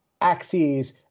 axes